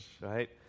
right